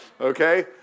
Okay